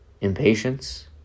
impatience